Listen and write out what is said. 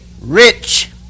rich